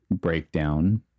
breakdown